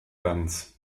ganz